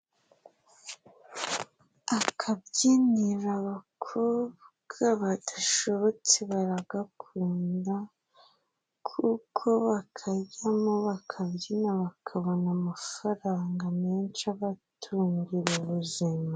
Akabyiniro abakobwa badashobotse baragakunda, kuko bakajyamo bakabyina, bakabona amafaranga menshi abatungira ubuzima.